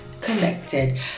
connected